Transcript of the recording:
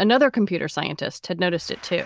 another computer scientist had noticed it, too